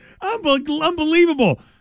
Unbelievable